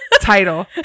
Title